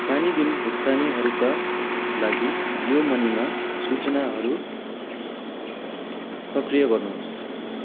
पानी बिल भुक्तानीहरूका लागि जियो मनीमा सूचनाहरू सक्रिय गर्नु होस्